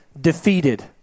Defeated